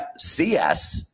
FCS